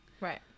right